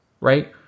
right